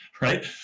Right